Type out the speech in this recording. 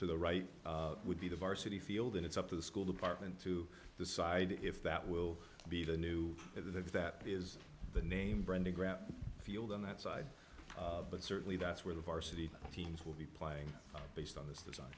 to the right would be the varsity field and it's up to the school department to decide if that will be the new the that is the name brenda grant field on that side but certainly that's where the varsity teams will be playing based on this design